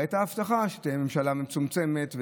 הרי הייתה הבטחה שתהיה ממשלה מצומצמת,